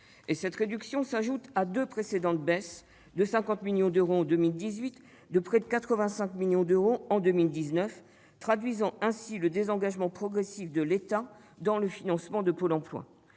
Cette réduction s'ajoute à deux précédentes baisses- 50 millions d'euros en 2018 et presque 85 millions d'euros en 2019 -, ce qui traduit le désengagement progressif de l'État dans le financement de Pôle emploi.